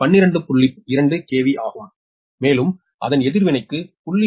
2 KV ஆகும் மேலும் அதன் எதிர்வினைக்கு 0